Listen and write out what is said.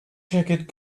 jacket